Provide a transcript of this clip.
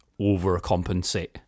overcompensate